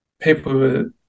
people